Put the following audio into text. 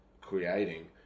creating